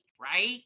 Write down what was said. right